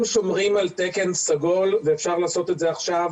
אם שומרים על תקן סגול ואפשר לעשות את זה עכשיו